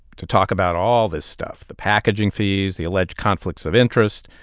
to talk about all this stuff the packaging fees, the alleged conflicts of interest.